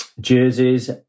jerseys